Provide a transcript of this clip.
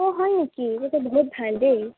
অ' হয় নেকি তেতিয়া বহুত ভাল দেই